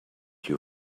you